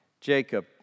Jacob